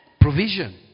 Provision